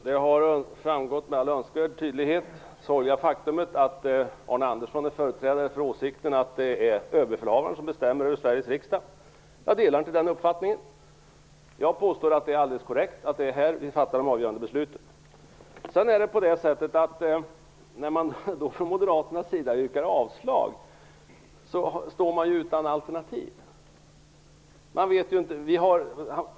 Herr talman! Det sorgliga faktumet att Arne Andersson är företrädare för åsikten att det är Överbefälhavaren som bestämmer över Sveriges riksdag har framgått med all önskvärd tydlighet. Jag delar inte den uppfattningen. Jag påstår att det är alldeles korrekt att det är här vi fattar de avgörande besluten. När man yrkar avslag från Moderaternas sida står man utan alternativ.